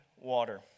water